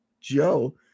Joe